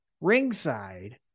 ringside